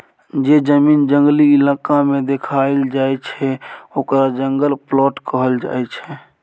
जे जमीन जंगली इलाका में देखाएल जाइ छइ ओकरा जंगल प्लॉट कहल जाइ छइ